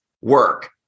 work